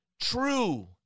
true